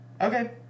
Okay